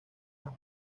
las